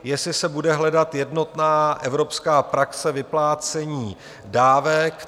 Jestli se bude hledat jednotná evropská praxe vyplácení dávek.